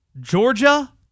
Georgia